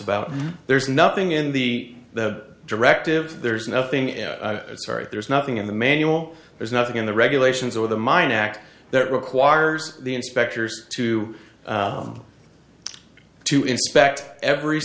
about there's nothing in the the directive there's nothing in it sorry there's nothing in the manual there's nothing in the regulations or the mine act that requires the inspectors to to inspect every